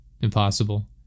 impossible